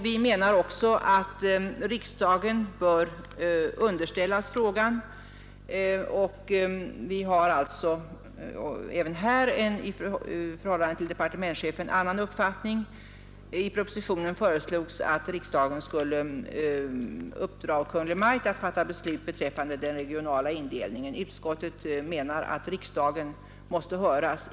Vi har alltså även här en i förhållande till departementschefen annan uppfattning. I propositionen föreslogs att riksdagen skulle uppdra åt Kungl. Maj:t att fatta beslut om den regionala indelningen, men utskottet förordar att riksdagen skall höras.